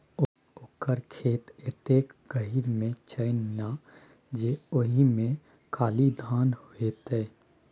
ओकर खेत एतेक गहीर मे छै ना जे ओहिमे खाली धाने हेतै